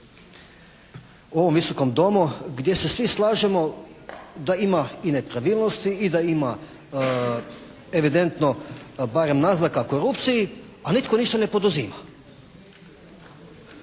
ovom Visokom domu gdje se svi slažemo da ima i nepravilnosti i da ima evidentno barem naznaka korupciji a nitko ništa ne poduzima.